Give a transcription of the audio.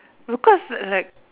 because uh like